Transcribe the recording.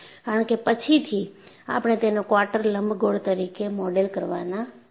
કારણ કે પછીથી આપણે તેને ક્વાર્ટર લંબગોળ તરીકે મોડેલ કરવાના છીએ